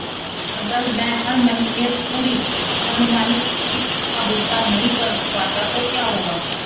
अगर मैं हर महीने पूरी अनुमानित किश्त का भुगतान नहीं कर पाता तो क्या होगा?